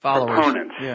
opponents